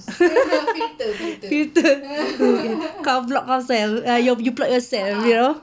filter kau block yourself you block yourself you know